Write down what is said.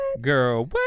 Girl